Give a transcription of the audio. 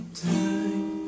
time